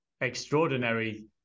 extraordinary